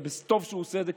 וטוב שהוא עושה את זה,